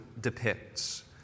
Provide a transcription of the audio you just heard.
depicts